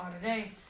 today